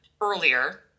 earlier